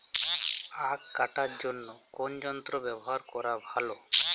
আঁখ কাটার জন্য কোন যন্ত্র ব্যাবহার করা ভালো?